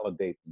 validating